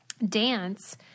dance